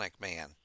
Man